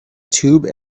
tube